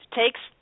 takes